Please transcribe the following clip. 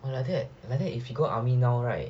!wah! like that like that if he go army now right